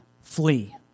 flee